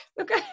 Okay